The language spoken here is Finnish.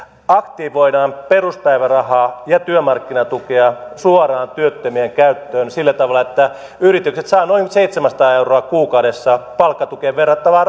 aktivoidaan peruspäivärahaa ja työmarkkinatukea suoraan työttömien käyttöön sillä tavalla että yritykset saavat noin seitsemänsataa euroa kuukaudessa palkkatukeen verrattavaa